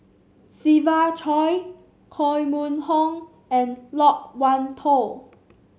Siva Choy Koh Mun Hong and Loke Wan Tho